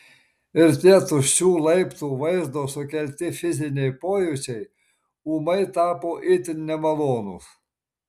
ir tie tuščių laiptų vaizdo sukelti fiziniai pojūčiai ūmai tapo itin nemalonūs